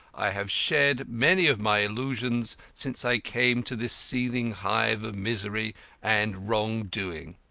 i have shed many of my illusions since i came to this seething hive of misery and wrongdoing.